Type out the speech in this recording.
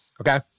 Okay